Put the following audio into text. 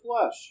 flesh